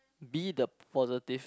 be the positive